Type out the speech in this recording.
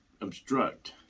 obstruct